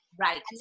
right